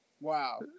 Wow